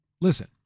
Listen